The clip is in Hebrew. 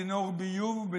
צינור ביוב,